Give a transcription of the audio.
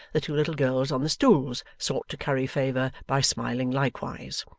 the two little girls on the stools sought to curry favour by smiling likewise,